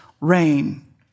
rain